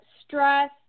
stress